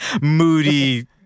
moody